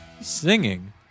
Singing